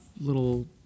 little